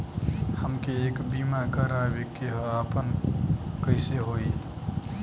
हमके एक बीमा करावे के ह आपन कईसे होई?